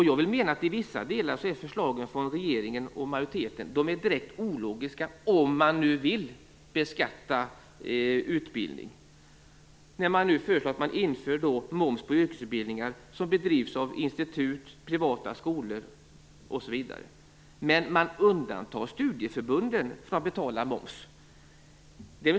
Jag menar att förslagen från regeringen och majoriteten i vissa delar är direkt ologiska om man nu vill beskatta utbildning. Man föreslår införande av moms på yrkesutbildningar som bedrivs av t.ex. institut och privata skolor, men man undantar studieförbunden från att betala moms.